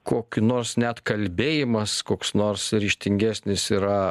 kokį nors net kalbėjimas koks nors ryžtingesnis yra